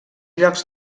llocs